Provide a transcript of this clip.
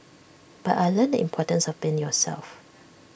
but I learnt in importance of being yourself